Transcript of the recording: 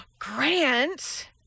Grant